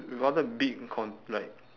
we want the big con~ like